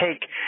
take